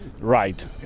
right